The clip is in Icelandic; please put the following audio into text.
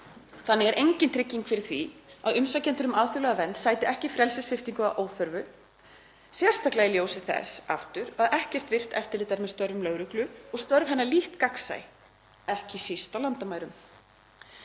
Þannig er engin trygging fyrir því að umsækjendur um alþjóðlega vernd sæti ekki frelsissviptingu að óþörfu, sérstaklega í ljósi þess að ekkert virkt eftirlit er með störfum lögreglu og störf hennar lítt gagnsæ, ekki síst á landamærum